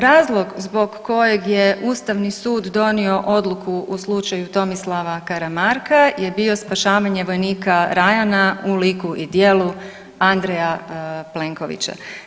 Razlog zbog kojeg je Ustavni sud donio odluku u slučaju Tomislava Karamarka je bio spašavanje vojnika Ryana u liku i djelu Andreja Plenkovića.